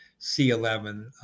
C11